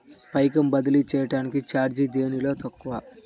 పైకం బదిలీ చెయ్యటానికి చార్జీ దేనిలో తక్కువ?